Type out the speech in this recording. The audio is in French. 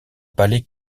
palais